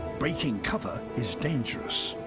breaking cover is dangerous.